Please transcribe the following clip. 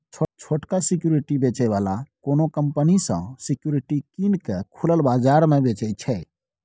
छोटका सिक्युरिटी बेचै बला कोनो कंपनी सँ सिक्युरिटी कीन केँ खुलल बजार मे बेचय छै